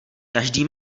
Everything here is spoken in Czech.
každý